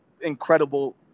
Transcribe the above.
incredible